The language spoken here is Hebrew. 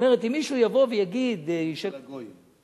זאת אומרת, אם מישהו יבוא ויגיד, אצל הגויים.